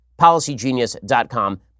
PolicyGenius.com